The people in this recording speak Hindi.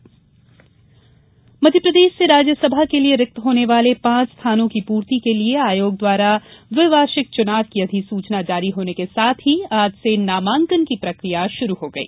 राज्यसभा अधिसूचना मध्यप्रदेश से राज्यसभा के लिए रिक्त होने वाले पांच स्थानों की पूर्ति के लिए आयोग द्वारा द्विवार्षिक चुनाव की अधिसूचना जारी होने के साथ ही आज से नामांकन की प्रक्रिया आरंभ हो गई